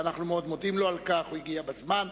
ואנחנו מאוד מודים לו על כך, הוא הגיע בזמן.